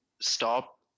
stop